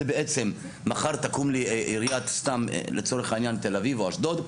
בעצם מחר תקום לי עיריית תל אביב או אשדוד,